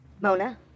Mona